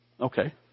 Okay